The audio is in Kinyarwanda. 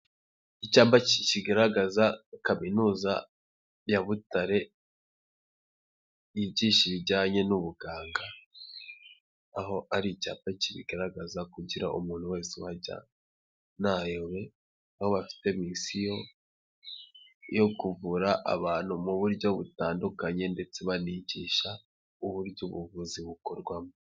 Icyapa kigaragaza kaminuza ya Butare yigisha ibijyanye n'ubuganga, aho ari icyapa kibigaragaza kugira umuntu wese uhajya ntayobe, aho bafite misiyo yo kuvura abantu mu buryo butandukanye ndetse banigisha uburyo ubuvuzi bukorwamo.